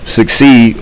succeed